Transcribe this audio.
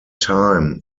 time